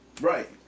Right